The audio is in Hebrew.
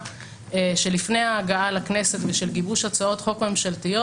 שלפני ההגעה לכנסת ושל גיבוש הצעות חוק ממשלתיות.